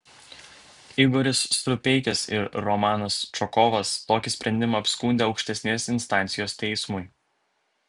igoris strupeikis ir romanas čokovas tokį sprendimą apskundė aukštesnės instancijos teismui